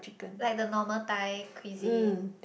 like the normal Thai Cuisine